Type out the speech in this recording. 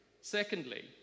Secondly